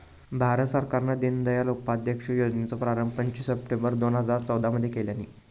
भारत सरकारान दिनदयाल उपाध्याय योजनेचो प्रारंभ पंचवीस सप्टेंबर दोन हजार चौदा मध्ये केल्यानी